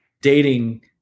dating